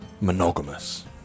monogamous